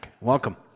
Welcome